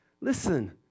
listen